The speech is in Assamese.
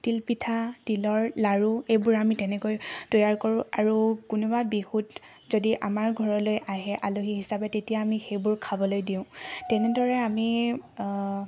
তিল পিঠা তিলৰ লাৰু সেইবোৰ আমি তেনেকৈ তৈয়াৰ কৰোঁ আৰু কোনোবা বিহুত যদি আমাৰ ঘৰলৈ আহে আলহী হিচাপে তেতিয়া আমি সেইবোৰ খাবলৈ দিওঁ তেনেদৰে আমি